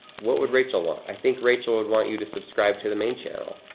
what would rachel want? i think rachel would want you to subscribe to the main channel.